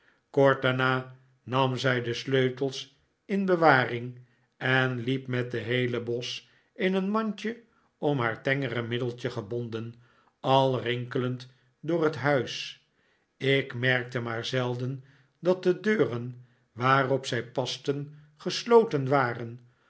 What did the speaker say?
kort daarna nam zij de sleutels in bewaring en hep met den heelen bos in een mandje om haar tengere middeltje gebonden al rinkelend door het huis ik merkte maar zelden dat de deuren waarop zij pasten gesloten waren